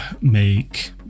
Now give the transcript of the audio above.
make